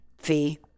fee